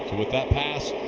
with that pass,